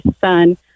son